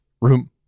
room